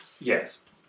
Yes